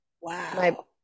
wow